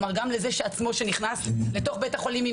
כלומר גם לזה שנכנס לתוך בית החולים עם